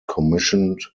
commissioned